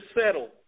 settle